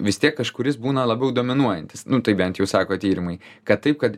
vis tiek kažkuris būna labiau dominuojantis nu taip bent jau sako tyrimai kad taip kad